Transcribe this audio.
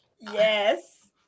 Yes